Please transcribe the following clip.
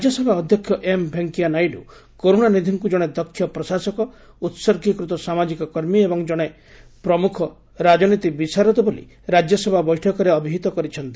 ରାଜ୍ୟସଭା ଅଧ୍ୟକ୍ଷ ଏମ୍ ଭେକିୟା ନାଇଡୁ କରୁଣାନିଧିଙ୍କୁ ଜଣେ ଦକ୍ଷ ପ୍ରଶାସକ ଉତ୍ତର୍ଗୀକୃତ ସାମାଜିକ କର୍ମୀ ଏବଂ ଜଣେ ପ୍ରମୁଖ ରାଜନୀତି ବିଶାରଦ ବୋଲି ରାଜ୍ୟସଭା ବୈଠକରେ ଅଭିହିତ କରିଛନ୍ତି